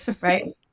Right